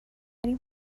این